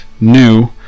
new